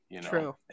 True